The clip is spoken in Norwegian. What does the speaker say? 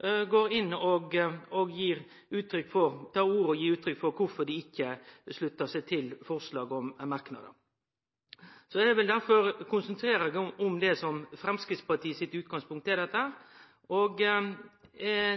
og gir uttrykk for kvifor dei ikkje sluttar seg til våre forslag og merknader. Eg vil derfor konsentrere meg om det som er Framstegspartiet sitt utgangspunkt.